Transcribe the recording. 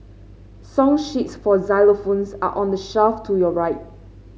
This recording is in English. song sheets for xylophones are on the shelf to your right